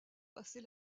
passer